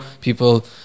people